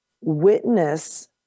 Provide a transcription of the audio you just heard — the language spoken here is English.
witness